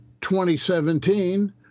2017